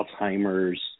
Alzheimer's